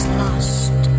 lost